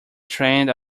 trend